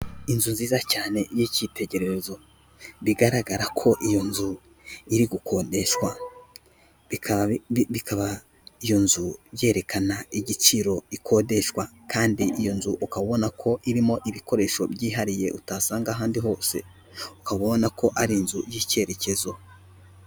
Inzu nziza cyane y'icyitegererezo, bigaragara ko iyo nzu iri gukodeshwa bikaba iyo nzu yerekana igiciro ikodeshwa kandi iyo nzu ukaba ubona ko irimo ibikoresho byihariye utasanga ahandi hose, ukaba ubona ko ari inzu y'icyerekezo.